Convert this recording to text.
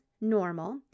normal